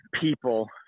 people